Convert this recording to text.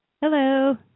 Hello